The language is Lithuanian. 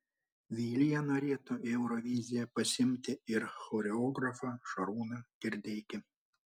vilija norėtų į euroviziją pasiimti ir choreografą šarūną kirdeikį